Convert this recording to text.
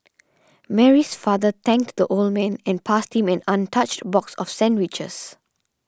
Mary's father thanked the old man and passed him an untouched box of sandwiches